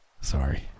Sorry